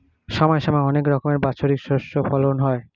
সময় সময় অনেক রকমের বাৎসরিক শস্য ফলন হয়